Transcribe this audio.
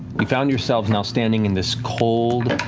um found yourselves now standing in this cold,